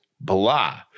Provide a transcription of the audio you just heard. blah